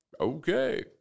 okay